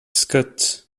scott